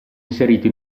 inserito